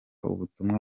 ubutumwa